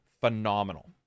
Phenomenal